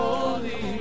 Holy